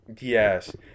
Yes